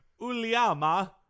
Uliama